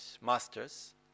masters